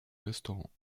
restaurants